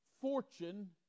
fortune